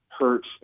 hurts